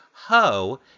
ho